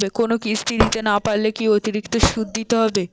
কোনো কিস্তি দিতে না পারলে কি অতিরিক্ত সুদ দিতে হবে?